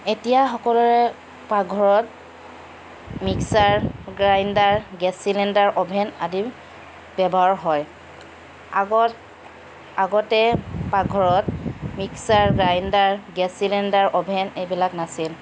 এতিয়া সকলোৰে পাকঘৰত mixer grinder gas cylinder oven আদি ব্যৱহাৰ হয় আগত আগতে পাকঘৰত mixer grinder gas cylinder oven এইবিলাক নাছিল